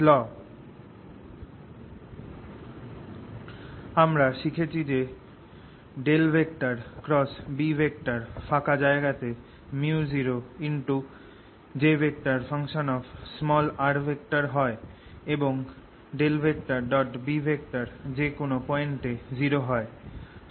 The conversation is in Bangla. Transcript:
2 আমরা শিখেছি যে B ফাঁকা জায়গা তে µ0J হয় এবং B যে কোন পয়েন্ট এ 0 হয়